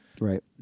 Right